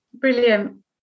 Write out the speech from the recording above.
brilliant